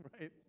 right